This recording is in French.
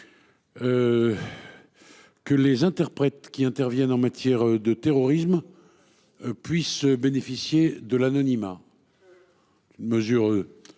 que les interprètes qui interviennent en matière de terrorisme puissent bénéficier de l'anonymat. Ce serait,